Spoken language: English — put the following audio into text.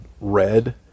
red